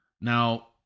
Now